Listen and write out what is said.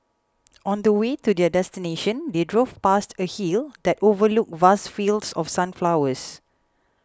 on the way to their destination they drove past a hill that overlooked vast fields of sunflowers